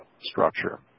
structure